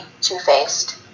two-faced